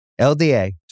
LDA